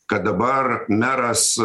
kad dabar meras